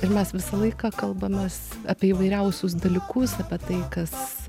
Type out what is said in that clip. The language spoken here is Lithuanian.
ir mes visą laiką kalbamės apie įvairiausius dalykus apie tai kas